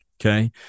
Okay